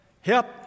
Help